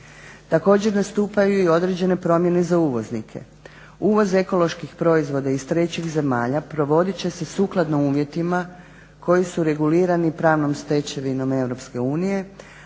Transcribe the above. Također, nastupaju i određene promjene za uvoznike. Uvoz ekoloških proizvoda iz trećih zemalja provodit će se sukladno uvjetima koji su regulirani pravnom stečevinom EU,